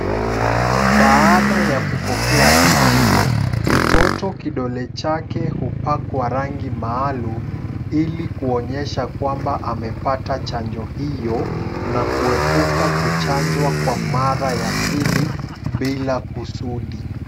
Baada ya kupokea chanjo, mtoto kidole chake hupakwa rangi maalum, ili kuonyesha kwamba amepata chanjo hiyo na kuepuka kuchanjwa kwa mara ya pili bila kusudi.